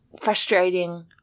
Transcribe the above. frustrating